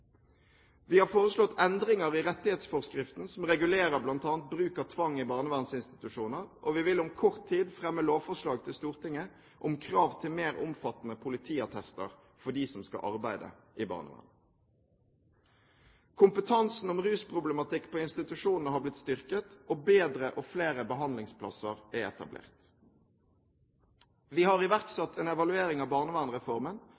Vi har foreslått endringer i rettighetsforskriften som regulerer bl.a. bruk av tvang i barnevernsinstitusjoner, og vi vil om kort tid fremme lovforslag til Stortinget om krav til mer omfattende politiattester for dem som skal arbeide i barnevernet. Kompetansen om rusproblematikk på institusjonene er blitt styrket, og bedre og flere behandlingsplasser er etablert. Vi har